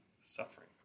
suffering